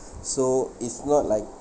so it's not like